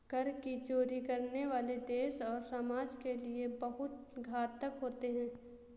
कर की चोरी करने वाले देश और समाज के लिए बहुत घातक होते हैं